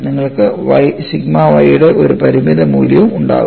നിങ്ങൾക്ക് sigma y യുടെ ഒരു പരിമിത മൂല്യവും ഉണ്ടാകും